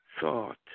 thought